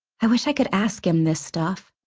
i wish i could ask him this stuff.